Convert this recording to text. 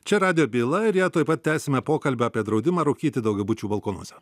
čia radijo byla ir ją tuoj pat tęsime pokalbį apie draudimą rūkyti daugiabučių balkonuose